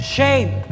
Shame